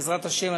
בעזרת השם,